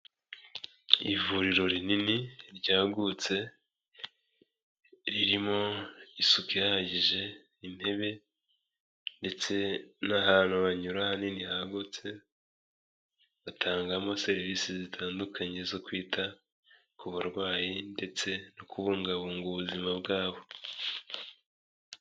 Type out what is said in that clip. Ivuriro rinini ryagutse, ririmo isuku ihagije, intebe ndetse n'ahantu banyura hanini hagutse, batangamo serivisi zitandukanye zo kwita ku barwayi ndetse no kubungabunga ubuzima bwabo.